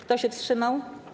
Kto się wstrzymał?